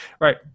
Right